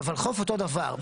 בוולחו"פ אותו דבר.